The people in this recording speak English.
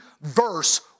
verse